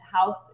house